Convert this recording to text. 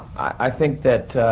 i think that.